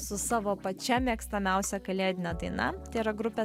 su savo pačia mėgstamiausia kalėdine daina tai yra grupė